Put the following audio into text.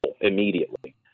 immediately